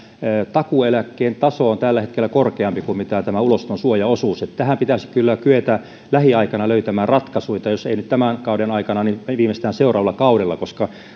takuu eläkkeen taso on tällä hetkellä korkeampi kuin mikä on tämä ulosoton suojaosuus tähän pitäisi kyllä kyetä lähiaikoina löytämään ratkaisuita jos ei nyt tämän kauden aikana niin viimeistään seuraavalla kaudella koska